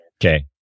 Okay